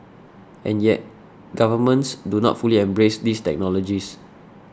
and yet governments do not fully embrace these technologies